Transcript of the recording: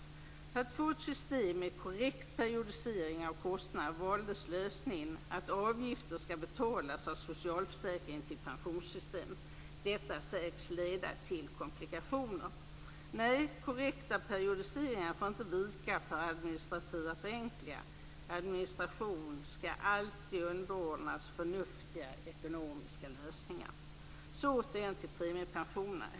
För att få ett system med en korrekt periodisering av kostnaderna valdes lösningen att avgifter skall betalas av socialförsäkringarna till pensionssystemet. Detta sägs leda till komplikationer. Nej, korrekta periodiseringar får inte vika för administrativa förenklingar. Administration skall alltid underordnas förnuftiga ekonomiska lösningar. Så återigen till premiepensionerna.